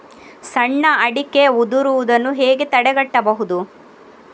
ಸಣ್ಣ ಅಡಿಕೆ ಉದುರುದನ್ನು ಹೇಗೆ ತಡೆಗಟ್ಟಬಹುದು?